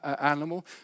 animal